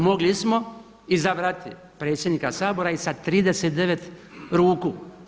Mogli smo izabrati predsjednika Sabora i sa 39 ruku.